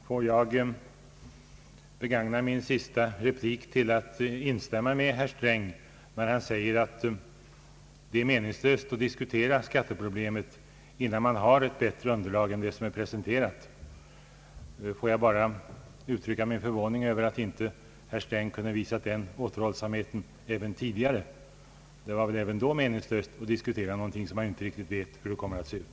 Herr talman! Låt mig begagna min sista replik till att instämma med herr Sträng när han säger att det är meningslöst att diskutera skattesystemet, innan man har ett bättre underlag än det som presenterats. Jag vill bara uttrycka min förvåning över att herr Sträng inte kunnat visa den återhållsamheten tidigare. Det var väl även då meningslöst att diskutera ett skattesystem, om vilket han inte visste hur det skulle se ut.